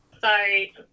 Sorry